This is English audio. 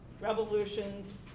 revolutions